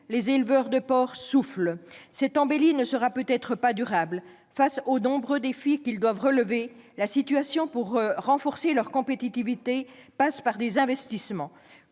les éleveurs de porcs soufflent. Cette embellie ne sera peut-être pas durable. Eu égard aux nombreux défis qu'ils doivent relever, le renforcement de leur compétitivité passe par des investissements.